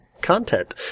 content